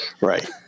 Right